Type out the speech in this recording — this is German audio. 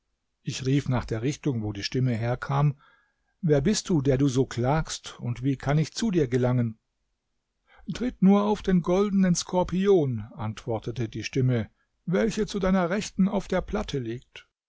ich rief nach der richtung wo die stimme herkam wer bist du der du so klagst und wie kann ich zu dir gelangen tritt nur auf den goldenen skorpion antwortete die stimme welcher zu deiner rechten auf der platte liegt